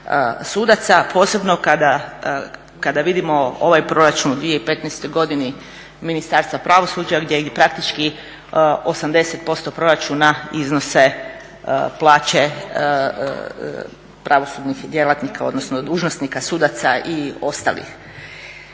sudaca, posebno kada vidimo ovaj proračun u 2015. godini Ministarstva pravosuđa gdje praktički 80% proračuna iznose plaće pravosudnih djelatnika, odnosno dužnosnika, sudaca i ostalih.